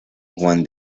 juan